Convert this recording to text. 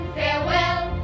farewell